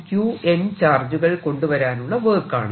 QN ചാർജുകൾ കൊണ്ടുവരാനുള്ള work ആണ്